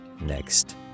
next